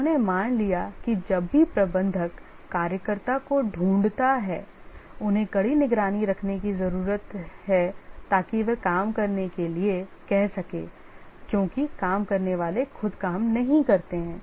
उन्होंने मान लिया कि जब भी प्रबंधक कार्यकर्ता को ढूँढता है उन्हें कड़ी निगरानी रखने की जरूरत है ताकि वे काम करने के लिए कह सकें क्योंकि काम करने वाले खुद काम नहीं करते हैं